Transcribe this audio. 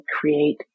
create